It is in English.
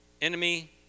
enemy